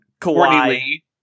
Kawhi